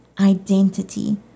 identity